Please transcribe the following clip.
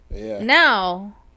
Now